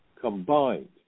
combined